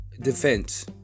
defense